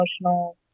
emotional